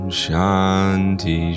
shanti